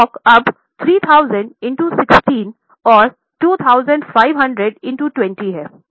तो स्टॉक अब 3000 इंटो 20 है